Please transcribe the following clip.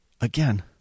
again